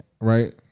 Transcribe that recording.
right